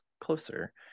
closer